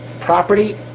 property